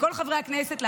מכל חברי הכנסת,